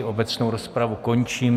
Obecnou rozpravu končím.